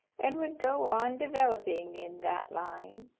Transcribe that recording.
and would go on developing in that line.